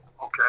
Okay